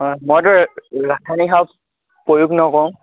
হয় মইতো ৰাসায়নিক সাৰ প্ৰয়োগ নকৰোঁ